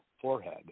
forehead